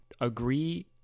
agree